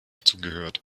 zugehört